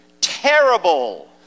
terrible